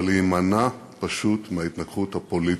אבל להימנע פשוט מההתנגחות הפוליטית.